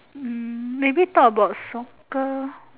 hmm maybe talk about soccer